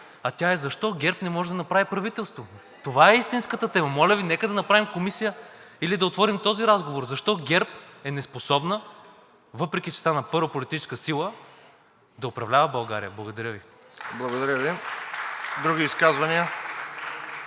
а тя е защо ГЕРБ не може да направи правителство. Това е истинската тема! Моля Ви, нека да направим комисия или да отворим този разговор – защо ГЕРБ е неспособна, въпреки че стана първа политическа сила, да управлява България?! Благодаря Ви. (Ръкопляскания